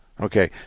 Okay